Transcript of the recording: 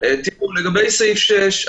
לגבי סעיף 6,